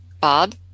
Bob